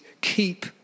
keep